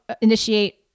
initiate